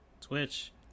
Twitch